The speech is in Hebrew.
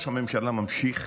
ראש הממשלה, ממשיך